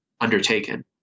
undertaken